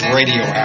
Radio